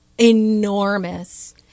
enormous